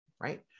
right